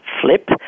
flip